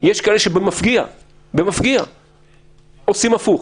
יש כאלה שבמפגיע עושים הפוך.